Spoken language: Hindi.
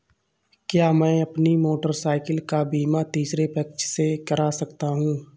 क्या मैं अपनी मोटरसाइकिल का बीमा तीसरे पक्ष से करा सकता हूँ?